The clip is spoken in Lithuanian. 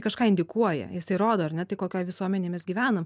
kažką indikuoja tai rodo ar ne tai kokioj visuomenėj mes gyvenam